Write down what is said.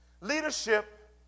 Leadership